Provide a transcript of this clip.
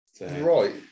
Right